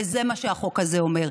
וזה מה שהחוק הזה אומר.